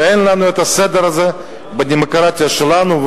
שאין לנו הסדר הזה בדמוקרטיה שלנו,